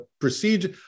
procedure